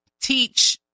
teach